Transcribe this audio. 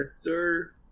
sir